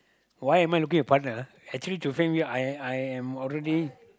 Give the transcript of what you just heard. why am I looking a partner actually to frank you I I am already